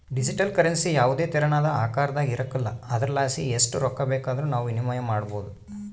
digital currency ಯಾವುದೇ ತೆರನಾದ ಆಕಾರದಾಗ ಇರಕಲ್ಲ ಆದುರಲಾಸಿ ಎಸ್ಟ್ ರೊಕ್ಕ ಬೇಕಾದರೂ ನಾವು ವಿನಿಮಯ ಮಾಡಬೋದು